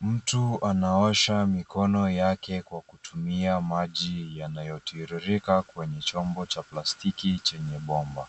Mtu anaosha mikono yake kwa kutumia maji yanayotiririka kwenye chombo cha plastiki chenye bomba.